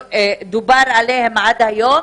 שדובר עליהם עד היום,